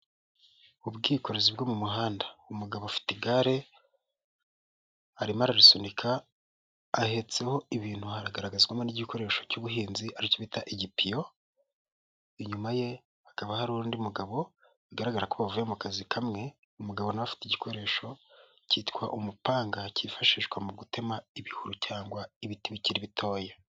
Ubwikorezi bwo mu muhanda, umugabo ufite igare arimo ararisunika ahetseho ibintu hagaragazwamo n'igikoresho cy'ubuhinzi aricyo bita igitiyo, inyuma ye hakaba hari undi mugabo bigaragara ko bavuye mu kazi kamwe, umugabo nawe afite igikoresho cyitwa umupanga cyifashishwa mu gutema ibihuru cyangwa ibiti bikiri bitoya.